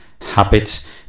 habits